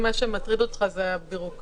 אם מה שמטריד אותך זה הביורוקרטיה,